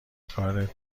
کارت